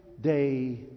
day